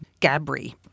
Gabri